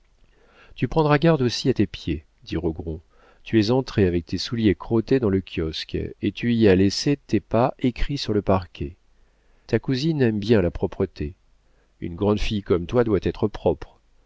tu prendras garde aussi à tes pieds dit rogron tu es entrée avec tes souliers crottés dans le kiosque et tu y as laissé tes pas écrits sur le parquet ta cousine aime bien la propreté une grande fille comme toi doit être propre